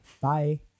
Bye